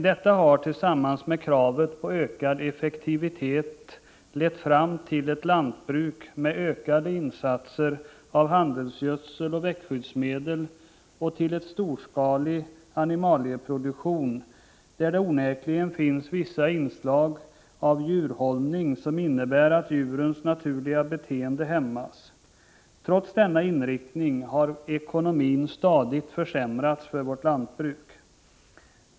Detta har tillsammans med kravet på ökad effektivitet lett fram till ett lantbruk med ökande insatser av handelsgödsel och växtskyddsmedel och till en storskalig animalieproduktion där det onekligen finns vissa inslag av djurhållning som innebär att djurens naturliga beteende hämmas. Trots denna inriktning har ekonomin stadigt försämrats för vårt lantbruk.